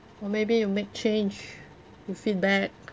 or maybe you make change you feedback